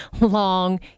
long